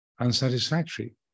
unsatisfactory